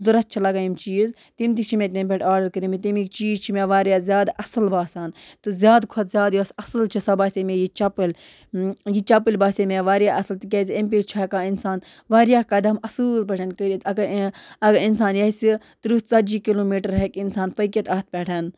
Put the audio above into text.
ضوٚرَتھ چھِ لَگان یِم چیٖز تِم تہِ چھِ مےٚ تیٚمہِ پٮ۪ٹھ آرڈر کٔرمٕتۍ تیٚمیُک چیٖز چھِ مےٚ وارِیاہ زیادٕ اَصٕل باسان تہٕ زیادٕ کھۄتہٕ زیادٕ یۄس اَصٕل چھِ سۄ باسے مےٚ یہِ چَپٕلۍ یہِ چَپٕلۍ باسے مےٚ وارِیاہ اَصٕل تِکیٛازِ اَمہِ پےچھِ ہٮ۪کان اِنسان وارِیاہ قدم اَصۭل پٲٹھۍ کٔرِتھ اگر اگر اِنسان یَسہِ تٕرٛہ ژَتجی کِلوٗمیٖٹَر ہٮ۪کہِ اِنسان پٔکِتھ اَتھ پٮ۪ٹھ